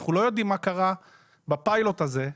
אנחנו לא יודעים מה קרה בפיילוט הזה.